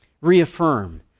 Reaffirm